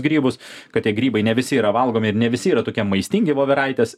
grybus kad tie grybai ne visi yra valgomi ir ne visi yra tokie maistingi voveraitės